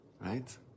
Right